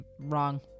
Wrong